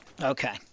Okay